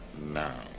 now